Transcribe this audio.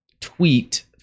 tweet